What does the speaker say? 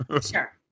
Sure